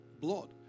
Blood